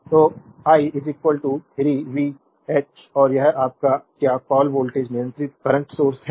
तो I 0 3 V H और यह आपका क्या कॉल वोल्टेज नियंत्रित करंट सोर्स है